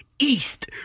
East